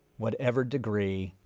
whatever degree,